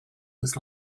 was